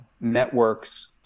networks